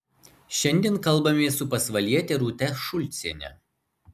šiandien kalbamės su pasvaliete rūta šulciene